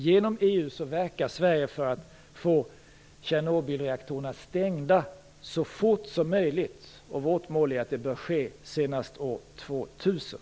Genom EU verkar Sverige för att få Tjernobylreaktorerna stängda så fort som möjligt. Vårt mål är att det bör ske senast år 2000.